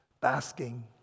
Basking